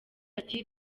ati